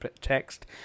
Text